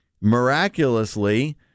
Miraculously